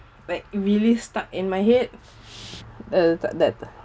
like really stuck in my head uh that that the